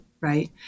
right